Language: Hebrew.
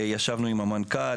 ישבנו עם המנכ"ל,